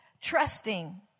trusting